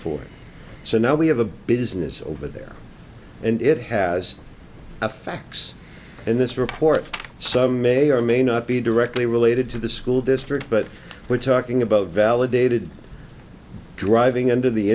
for it so now we have a business over there and it has a fax in this report some may or may not be directly related to the school district but we're talking about validated driving under the